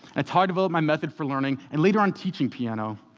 it's how i developed my method for learning, and later on, teaching piano.